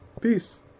Peace